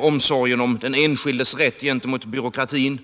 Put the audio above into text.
omsorgen om den enskildes rätt gentemot byråkratin.